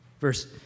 Verse